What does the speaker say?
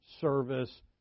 service